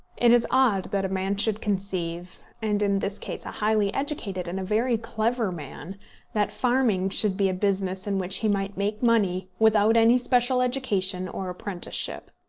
it is odd that a man should conceive and in this case a highly educated and a very clever man that farming should be a business in which he might make money without any special education or apprenticeship.